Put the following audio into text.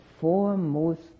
foremost